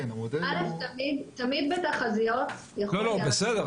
תמיד בתחזיות יכול --- בסדר,